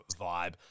vibe